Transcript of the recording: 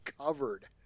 covered